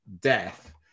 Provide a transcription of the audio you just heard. death